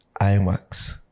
IMAX